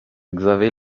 xavier